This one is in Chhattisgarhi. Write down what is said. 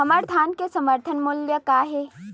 हमर धान के समर्थन मूल्य का हे?